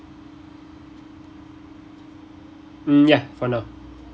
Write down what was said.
mm ya for now